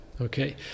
Okay